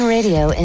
Radio